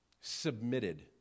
submitted